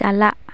ᱪᱟᱞᱟᱜ